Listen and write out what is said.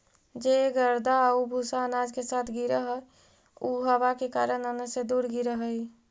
जे गर्दा आउ भूसा अनाज के साथ गिरऽ हइ उ हवा के कारण अन्न से दूर गिरऽ हइ